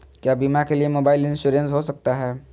क्या बीमा के लिए मोबाइल इंश्योरेंस हो सकता है?